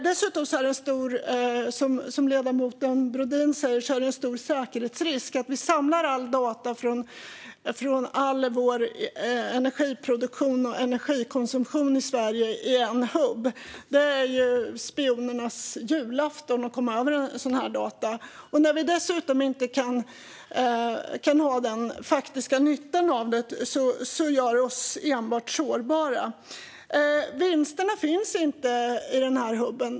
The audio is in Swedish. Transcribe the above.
Dessutom är det, som ledamoten Brodin säger, en stor säkerhetsrisk att vi samlar alla data från all vår energiproduktion och energikonsumtion i Sverige i en hubb. Det är ju spionernas julafton att komma över sådana här data. När vi dessutom inte kan ha den faktiska nyttan av det gör det oss enbart sårbara. Vinsterna finns inte i den här hubben.